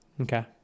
Okay